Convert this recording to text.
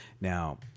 Now